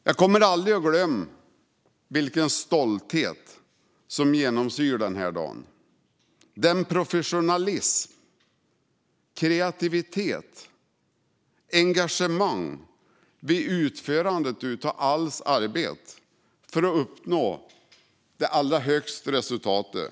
Jag kommer aldrig att glömma vilken stolthet som genomsyrade denna dag och professionalismen, kreativiteten och engagemanget vid utförandet av allas arbete för att uppnå det allra högsta resultatet.